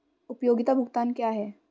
उपयोगिता भुगतान क्या हैं?